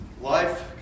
life